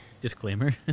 Disclaimer